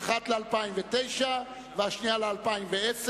אחת ל-2009 והשנייה ל-2010,